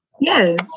Yes